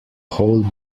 whole